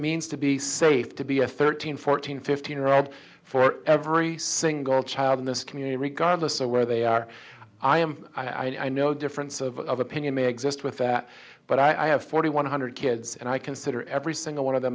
means to be safe to be a thirteen fourteen fifteen year old for every single child in this community regardless of where they are i am i know difference of opinion may exist with that but i have forty one hundred kids and i consider every single one of the